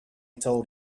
told